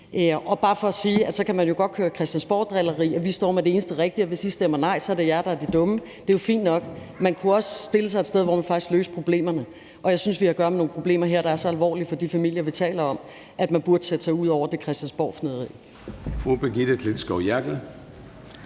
på det med pengene. Man kan jo godt lave christiansborgdrilleri og sige: Vi står med det eneste rigtige, og hvis I stemmer nej, er det jer, der er de dumme. Det er jo fint nok. Man kunne også stille sig et sted, hvor man faktisk løste problemerne, og jeg synes, at vi har at gøre med nogle problemer her, der er så alvorlige for de familier, vi taler om, at man burde sætte sig ud over det christiansborgfnidder.